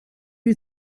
you